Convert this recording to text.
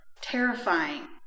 terrifying